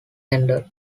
ended